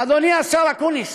אדוני השר אקוניס,